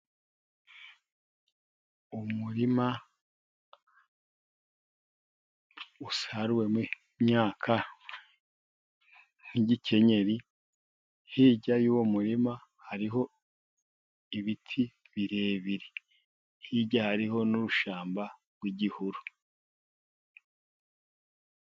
Umurima usaruwemo imyaka nk'igikenyeri, hirya y'uwo murima hariho ibiti birebire, hirya hariho n'urushyamba rw'igihuru.